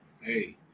Hey